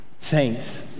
Thanks